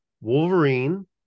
Wolverine